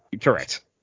correct